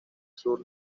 sur